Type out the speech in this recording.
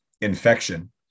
infection